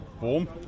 Warm